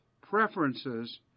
preferences